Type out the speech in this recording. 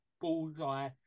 Bullseye